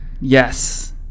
yes